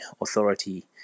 authority